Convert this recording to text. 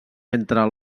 entre